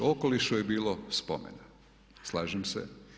O okolišu je bilo spomena, slažem se.